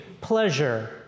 pleasure